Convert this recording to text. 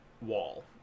wall